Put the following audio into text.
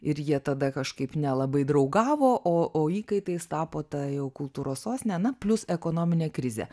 ir jie tada kažkaip nelabai draugavo o o įkaitais tapo ta jau kultūros sostinė na plius ekonominė krizė